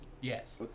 Yes